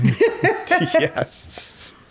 Yes